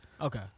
Okay